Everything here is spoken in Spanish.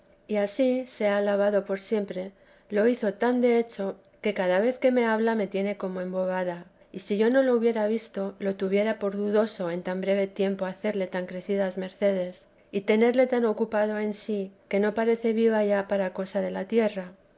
y ansí sea alabado por siempre lo hizo tan de hecho que cada vez que me habla me tiene como embobada y si yo no lo hubiera visto lo tuviera por dudoso en tan breve tiempo hacerle tan crecidas mercedes y tenerle tan ocupado en sí que no parece vive ya para cosa de la tierra